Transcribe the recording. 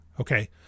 Okay